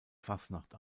fasnacht